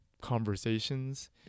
conversations